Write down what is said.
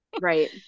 Right